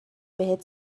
بهت